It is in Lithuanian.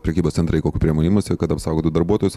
prekybos centrai kokių priemonių imasi kad apsaugotų darbuotojus